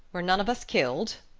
we're none of us killed,